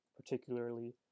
particularly